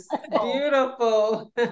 Beautiful